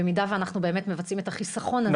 במידה ואנחנו באמת מבצעים את החיסכון הזה.